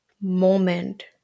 moment